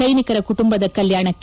ಸೈನಿಕರ ಕುಟುಂಬದ ಕಲ್ಡಾಣಕ್ಕೆ